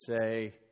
say